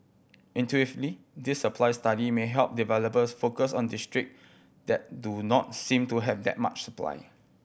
intuitively this supply study may help developers focus on district that do not seem to have that much supply